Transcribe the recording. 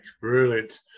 brilliant